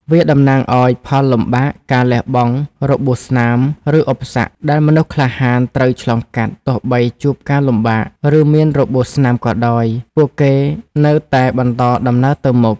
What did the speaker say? វាតំណាងឲ្យ ផលលំបាក ការលះបង់ របួសស្នាម ឬ ឧបសគ្គ ដែលមនុស្សក្លាហានត្រូវឆ្លងកាត់ ទោះបីជួបការលំបាក ឬមានរបួសស្នាមក៏ដោយ ពួកគេនៅតែបន្តដំណើរទៅមុខ។